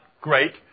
great